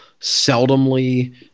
seldomly